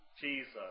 Jesus